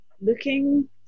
looking